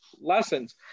lessons